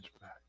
back